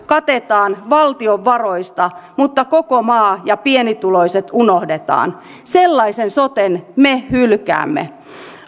katetaan valtion varoista mutta koko maa ja pienituloiset unohdetaan sellaisen soten me hylkäämme